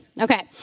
Okay